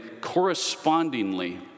correspondingly